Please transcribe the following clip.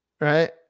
Right